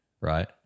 Right